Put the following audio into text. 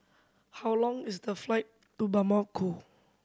how long is the flight to Bamako